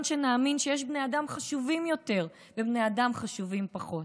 שנאמין שיש בני אדם חשובים יותר ובני אדם חשובים פחות.